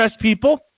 people